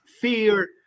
fear